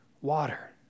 water